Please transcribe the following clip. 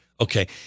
okay